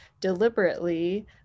deliberately